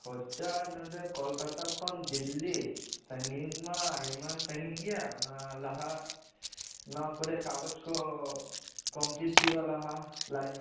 ᱠᱷᱚᱨᱪᱟ ᱱᱚᱸᱰᱮ ᱠᱳᱞᱠᱟᱛᱟ ᱠᱷᱚᱱ ᱫᱤᱞᱞᱤ ᱥᱟᱺᱜᱤᱧ ᱢᱟ ᱟᱭᱢᱟ ᱥᱟᱺᱜᱤᱧ ᱜᱮᱭᱟ ᱚᱱᱟ ᱞᱟᱦᱟ ᱱᱚᱣᱟ ᱠᱚᱨᱮ ᱠᱟᱜᱚᱡ ᱠᱚ ᱠᱚᱢᱯᱞᱤᱴ ᱦᱩᱭᱩᱜ ᱟ ᱞᱟᱦᱟ ᱞᱟᱭᱤᱥ